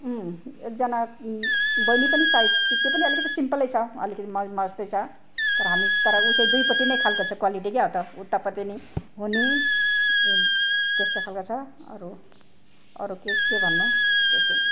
एकजना बहिनी पनि सायद त्यो पनि अलिकति सिम्पलै छ अलिकति म म जस्तै छ तर हामी तर उ चाहिँ दुईपट्टि नै खालको छ क्वालिटी क्या त उतापट्टि नि हुने त्यस्तो खालको छ अरू अरू के के भन्नु